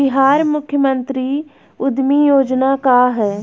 बिहार मुख्यमंत्री उद्यमी योजना का है?